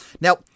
Now